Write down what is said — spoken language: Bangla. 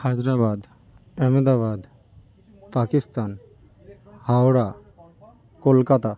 হায়দরাবাদ আমেদাবাদ পাকিস্তান হাওড়া কলকাতা